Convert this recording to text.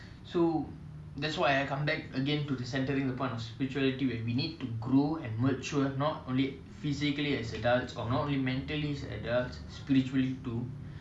so I'm not saying every girl is like that lah but I saw something like that lah but that's a very weird vow and some more vow so does she mean literally